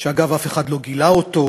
שאגב, אף אחד לא גילה אותו.